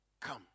Come